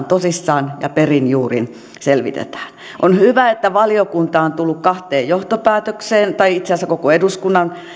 tosissaan ja perin juurin selvitetään on hyvä että valiokunta on tullut kahteen johtopäätökseen tai itse asiassa koko eduskunnan